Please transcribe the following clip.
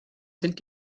sind